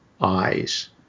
eyes